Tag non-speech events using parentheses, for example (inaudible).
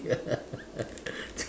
(laughs)